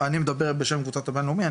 אני מדבר בשם קבוצות הבינלאומי,